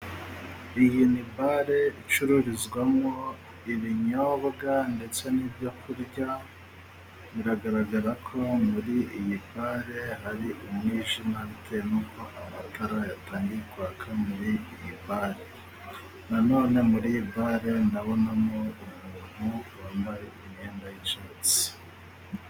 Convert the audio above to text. Iyi ni bare icururizwamo ibinyobwa ndetse n'ibyo kurya. Biragaragara ko muri iyi bare hari umwijima bitewe nuko uko amatara yatangiye kwaka muri iyi bare. Na none muri iyi bare ndabonamo umuntu wambaye imyenda y'icyatsi.